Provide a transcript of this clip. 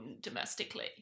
domestically